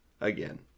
again